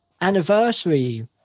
anniversary